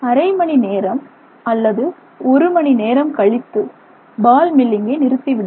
அரை மணி நேரம் அல்லது ஒரு மணி நேரம் கழித்து பால் மில்லிங்கை நிறுத்திவிடுங்கள்